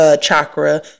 chakra